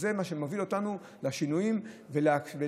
זה מה שמוביל אותנו לשינויים ולהיות